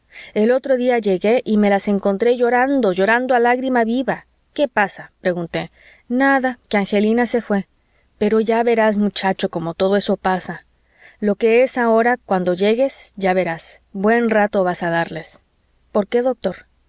el otro día llegué y me las encontré llorando llorando a lágrima viva qué pasa pregunté nada que angelina se fué pero ya verás muchacho como todo eso pasa lo que es ahora cuando llegues ya verás buen rato vas a darles por qué doctor